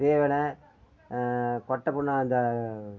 தீவனம் கொட்டை புண்ணா அந்த